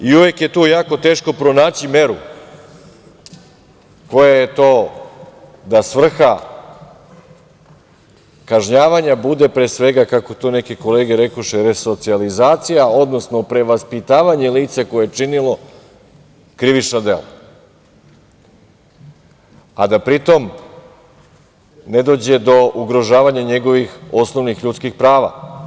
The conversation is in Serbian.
Uvek je tu jako teško pronaći meru koja je to da svrha kažnjavanja bude, pre svega, kako to neke kolege rekoše, resocijalizacija, odnosno prevaspitavanje lica koje je činilo krivično delo, a da pri tom ne dođe do ugrožavanja njegovih osnovnih ljudskih prava.